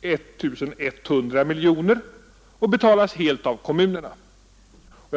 1 100 miljoner kronor och betalas helt av kommunerna.